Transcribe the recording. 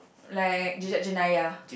like Jejak Jenayaha